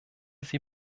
sie